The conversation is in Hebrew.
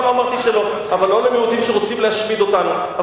אבל לא למיעוטים שרוצים להשמיד אותנו.